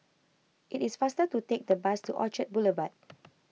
it is faster to take the bus to Orchard Boulevard